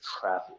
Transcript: travel